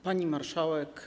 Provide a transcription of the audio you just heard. Pani Marszałek!